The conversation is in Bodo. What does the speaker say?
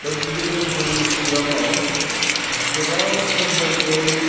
दा बिदिनो जोंनि सिरांआव गोबांथार जायगायाव